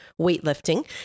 weightlifting